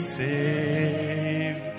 save